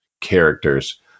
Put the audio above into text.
characters